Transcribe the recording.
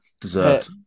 deserved